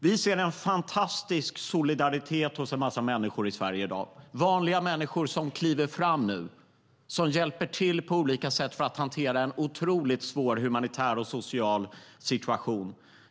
Vi ser en fantastisk solidaritet hos en massa människor i Sverige i dag. Vanliga människor kliver nu fram och hjälper till på olika sätt för att hantera en otroligt svår humanitär och social situation.